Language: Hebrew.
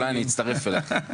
אולי אני אצטרף אליך.